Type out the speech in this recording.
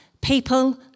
People